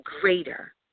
greater